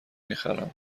میخرم